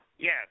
Yes